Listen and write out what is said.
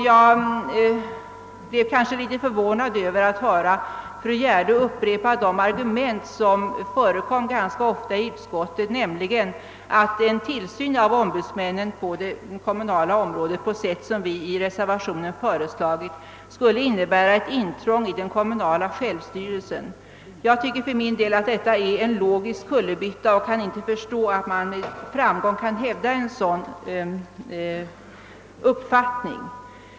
Jag blev förvånad över att höra fru Gärde Widemar upprepa det argument, som framfördes ganska ofta i utskottet, nämligen att en tillsyn av ombudsmännen på det kommunala området på det sätt som vi reservanter föreslagit skulle innebära ett intrång i den kommunala självstyrelsen. Jag tycker att detta är en logisk kullerbytta och kan inte förstå, att man med framgång kan hävda en sådan uppfattning.